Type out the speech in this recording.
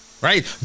Right